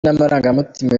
n’amarangamutima